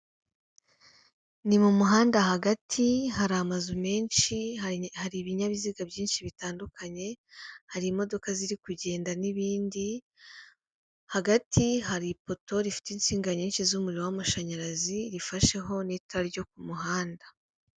Ni mu muhanda hagati, hari amazu menshi, hari ibinyabiziga byinshi bitandukanye, hari imodoka ziri kugenda n'ibindi, hagati hari ipoto rifite insinga nyinshi z'umuriro w'amashanyarazi, rifasheho n'itara ryo ku muhanda.